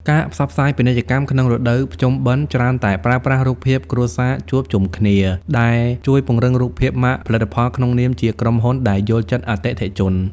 ការផ្សព្វផ្សាយពាណិជ្ជកម្មក្នុងរដូវភ្ជុំបិណ្ឌច្រើនតែប្រើប្រាស់រូបភាពគ្រួសារជួបជុំគ្នា ដែលជួយពង្រឹងរូបភាពម៉ាកផលិតផលក្នុងនាមជាក្រុមហ៊ុនដែលយល់ចិត្តអតិថិជន។